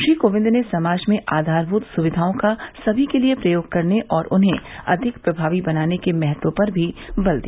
श्री कोविंद ने समाज में आधारभूत सुविघाओं का सभी के लिए प्रयोग करने और उन्हें अधिक प्रभावी बनाने के महत्व पर भी बल दिया